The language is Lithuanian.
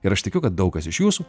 ir aš tikiu kad daug kas iš jūsų